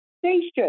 station